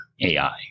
AI